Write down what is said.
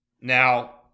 Now